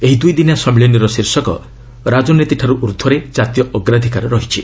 ଏହି ଦୁଇଦିନିଆ ସମ୍ମିଳନୀର ଶୀର୍ଷକ ରାଜନୀତିଠାରୁ ଊର୍ଦ୍ଧ୍ୱରେ କାତୀୟ ଅଗ୍ରାଧିକାର ରହିଛି